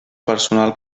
personal